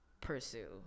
pursue